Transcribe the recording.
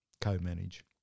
co-manage